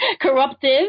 corruptive